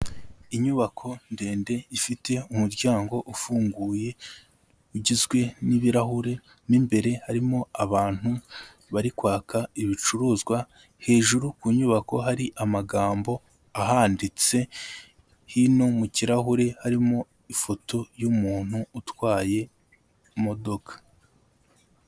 Inyubako ndende ifite umuryango ufunguye igizwe n'ibirahure n'imbere harimo abantu bari kwaka ibicuruzwa, hejuru ku nyubako hari amagambo ahanditse. Hino mu kirahure harimo ifoto y'umuntu utwaye imodoka.